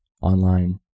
online